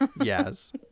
Yes